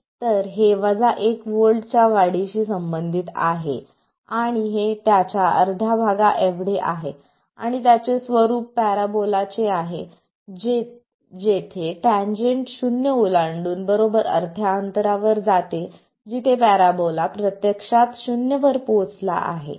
तर हे वजा 1 व्होल्टच्या वाढीशी संबंधित आहे आणि हे त्याच्या अर्ध्या भागाएवढे आहे आणि त्याचे स्वरूप पॅराबोला चे आहे जेथे टॅन्जंट शून्य ओलांडून बरोबर अर्ध्या अंतरावर जाते जिथे पॅराबोला प्रत्यक्षात शून्य वर पोहोचला आहे